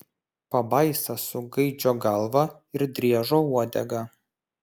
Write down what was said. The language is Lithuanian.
pabaisa su gaidžio galva ir driežo uodega